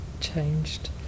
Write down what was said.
changed